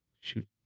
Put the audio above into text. shoot